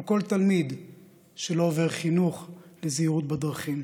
על כל תלמיד שלא עובר חינוך לזהירות בדרכים.